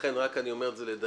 לכן אני אומר את זה, כדי לדייק.